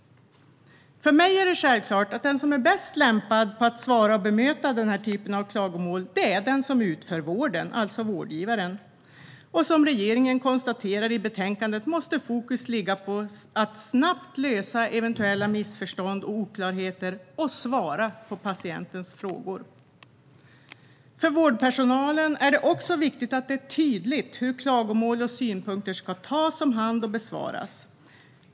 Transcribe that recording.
För mig är det självklart att den som är bäst lämpad att svara på och bemöta den här typen av klagomål är den som utfört vården, alltså vårdgivaren. Som regeringen konstaterar i propositionen måste fokus ligga på att snabbt lösa eventuella missförstånd och oklarheter och svara på patientens frågor. För vårdpersonalen är det också viktigt att det är tydligt hur klagomål och synpunkter ska tas om hand och besvaras.